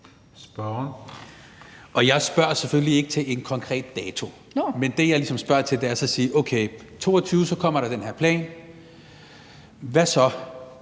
Jeg spørger selvfølgelig ikke til en konkret dato. Men det, jeg ligesom spørger til, er i forhold til at sige: Okay, i 2022 kommer der den her plan, og hvad så?